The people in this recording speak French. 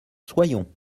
soyons